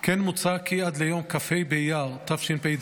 כן מוצע כי עד ליום כ"ה באייר התשפ"ד,